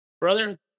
Brother